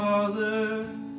Father